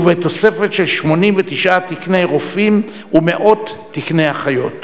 ותוספת של 89 תקני רופאים ומאות תקני אחיות".